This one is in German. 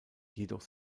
jedoch